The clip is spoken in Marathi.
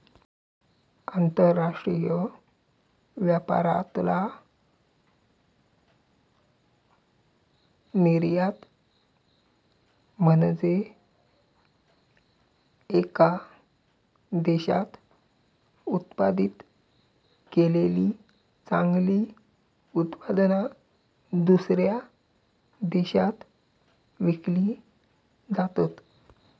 आंतरराष्ट्रीय व्यापारातला निर्यात म्हनजे येका देशात उत्पादित केलेली चांगली उत्पादना, दुसऱ्या देशात विकली जातत